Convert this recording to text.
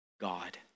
God